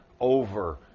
over